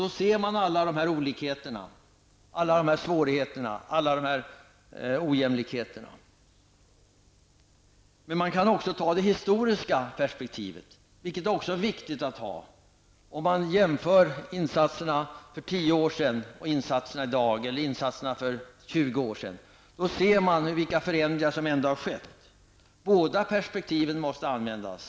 Då ser man alla olikheterna, svårigheterna och ojämlikheterna. Men man kan också anlägga det historiska perspektivet. Det är också viktigt. Man kan jämföra insatserna för 20 år sedan och insatserna i dag. Då ser man vilka förändringar som ändå har skett. Båda perspektiven måste användas.